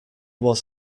was